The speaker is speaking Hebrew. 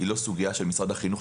זאת לא סוגייה של משרד החינוך.